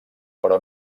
però